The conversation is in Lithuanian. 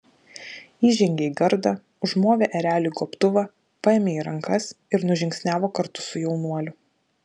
įžengė į gardą užmovė ereliui gobtuvą paėmė į rankas ir nužingsniavo kartu su jaunuoliu